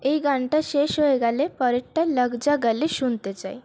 এই গানটা শেষ হয়ে গেলে পরেরটা লাগ যা গালে শুনতে চাই